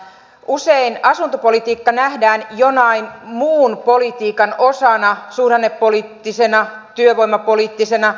usein asuntopolitiikka nähdään jonain muun politiikan osana suhdannepoliittisena työvoimapoliittisena